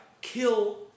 kill